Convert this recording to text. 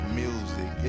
music